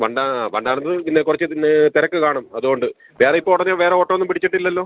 ആ വണ്ടാനത്തു നിന്ന് പിന്നെ കുറച്ച് പിന്നെ തി രക്ക് കാണും അതു കൊണ്ട് വേറെ ഇപ്പോൾ ഉടനെ വേറെ ഓട്ടമൊന്നും പിടിച്ചിട്ടില്ലല്ലോ